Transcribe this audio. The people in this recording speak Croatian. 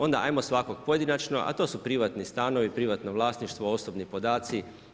Onda ajmo svakog pojedinačno, a to su privatni stanovi, privatno vlasništvo, osobni podaci.